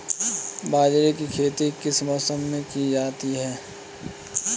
बाजरे की खेती किस मौसम में की जाती है?